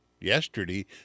yesterday